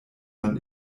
man